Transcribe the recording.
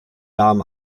darm